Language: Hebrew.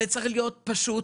זה צריך להיות פשוט,